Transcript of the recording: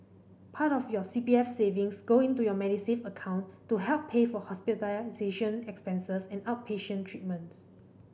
part of your C P F savings go into your Medisave account to help pay for hospitalization expenses and outpatient treatments